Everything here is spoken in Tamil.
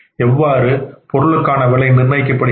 எவ்வாறு பொருளுக்கான விலை நிர்ணயிக்கப்படுகிறது